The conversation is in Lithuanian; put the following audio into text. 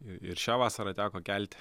ir ir šią vasarą teko kelti